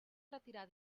retirar